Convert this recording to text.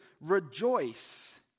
Rejoice